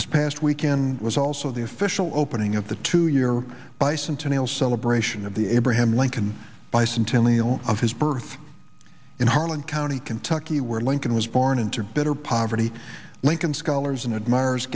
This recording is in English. this past weekend was also the official opening of the two year bicentennial celebration of the abraham lincoln bicentennial of his birth in harlan county kentucky where lincoln was born into bitter poverty lincoln scholars in ad